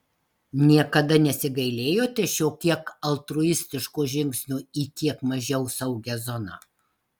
niekada nesigailėjote šio kiek altruistiško žingsnio į kiek mažiau saugią zoną